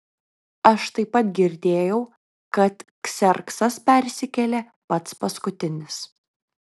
aš taip pat girdėjau kad kserksas persikėlė pats paskutinis